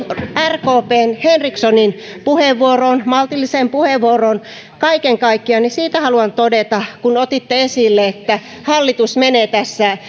rkpn henrikssonin puheenvuoroon maltilliseen puheenvuoroon kaiken kaikkiaan niin siitä haluan todeta kun otitte esille että hallitus menee tässä